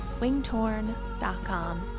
wingtorn.com